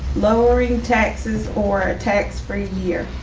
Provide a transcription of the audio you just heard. lowering taxes or a text for a year.